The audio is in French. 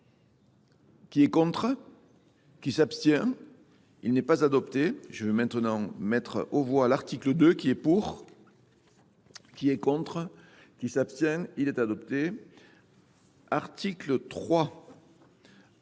qui est contre, qui s'abstient, il n'est pas adopté. Je vais maintenant mettre au voie l'article 2 qui est pour, qui est contre, qui s'abstient, il est adopté. Article 3,